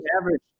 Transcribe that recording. average